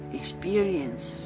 experience